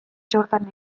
txortan